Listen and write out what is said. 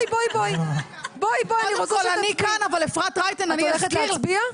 את הולכת להצביע?